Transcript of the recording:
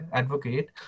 advocate